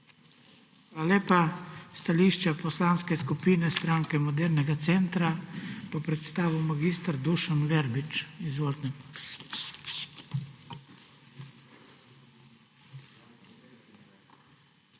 lepa. Stališče Poslanske skupine Stranke modernega centra bo predstavil mag. Dušan Verbič. Izvolite.